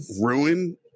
ruin